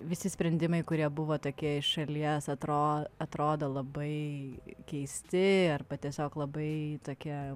visi sprendimai kurie buvo tokie iš šalies atro atrodo labai keisti arba tiesiog labai tokie